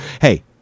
hey